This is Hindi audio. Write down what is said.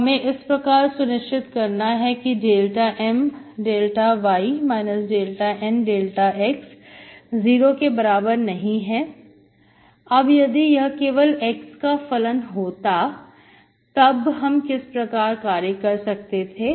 हमें इस प्रकार सुनिश्चित करना है कि ∂M∂y ∂N∂x≠0 अब यदि यह केवल x का फलन होता तब हम किस प्रकार कार्य कर सकते थे